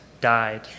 died